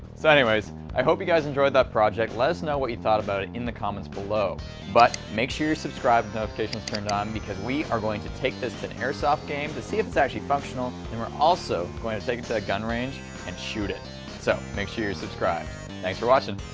so anyways i hope you guys enjoyed that project let us know what you thought about it in the comments below but make sure you're subscribed notifications turned on because we are going to take this to an airsoft game to see if it's actually functional and we're also going to take it to a gun range and shoot it so make sure your subscribe thanks for watching